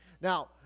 Now